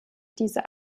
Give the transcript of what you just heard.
diese